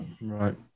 Right